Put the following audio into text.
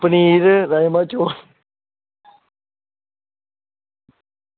पनीर राजमांह् चौल